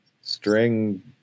string